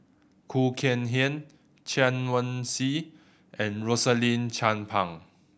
Khoo Kay Hian Chen Wen Hsi and Rosaline Chan Pang